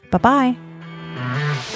Bye-bye